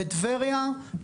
בטבריה,